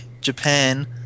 Japan